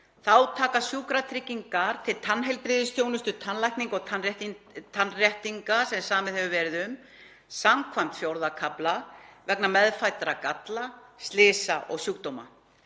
Þá taka sjúkratryggingar til tannheilbrigðisþjónustu, tannlækninga og tannréttinga sem samið hefur verið um skv. IV. kafla vegna meðfæddra galla, slysa og sjúkdóma.